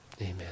amen